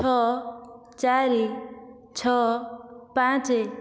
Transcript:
ଚାରି ଛଅ ପାଞ୍ଚ